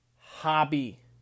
hobby